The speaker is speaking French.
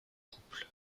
couple